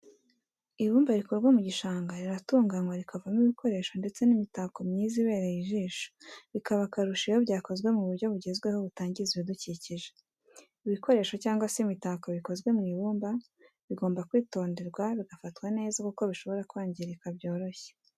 Ibumba rikurwa mu gishanga riratunganywa rikavamo ibikoresho ndetse n'imitako myiza ibereye ijisho bikaba akarusho iyo byakozwe mu buryo bugezweho butangiza ibidukikije. Ibikoresho cyangwa se imitako bikozwe mu ibumba bigomba kwitonderwa bigafatwa neza kuko bishobora kwangirika byoroshye.